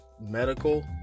medical